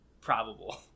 probable